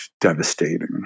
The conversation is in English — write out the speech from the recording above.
devastating